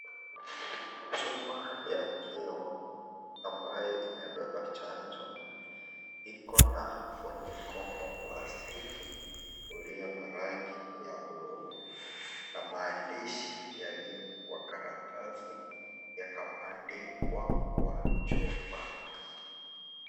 Chupa ya kioo ambayo imebeba chanjo iko na ufuniko wa plastiki ulio na rangi ya buluu na maandishi yaliyo kwa karatasi yakabandikwa kwa chupa.